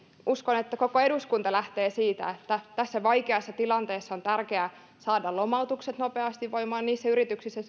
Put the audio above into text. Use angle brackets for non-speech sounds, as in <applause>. uskon että koko eduskunta lähtee siitä tässä vaikeassa tilanteessa on tärkeää saada lomautukset nopeasti voimaan niissä yrityksissä <unintelligible>